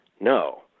No